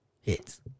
Hits